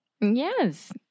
Yes